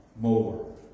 more